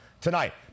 tonight